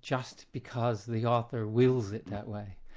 just because the author wills it that way.